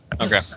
Okay